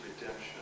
redemption